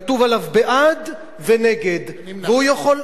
וכתוב עליו "בעד" ו"נגד" ו"נמנע".